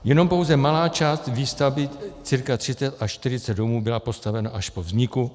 Jenom pouze malá část výstavby, cca 30 až 40 domů, byla postavena až po vzniku autodromu.